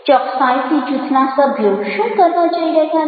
ચોક્કસાઇથી જૂથના સભ્યો શું કરવા જઇ રહ્યા છે